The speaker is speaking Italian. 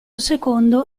secondo